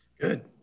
Good